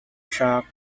track